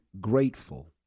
grateful